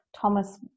Thomas